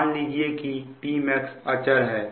मान लीजिए कि Pmax अचर है